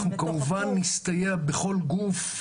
אנחנו נסתייע בכל גוף,